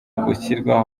gushyirwa